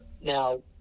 Now